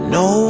no